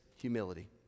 humility